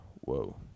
Whoa